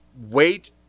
wait